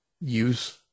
use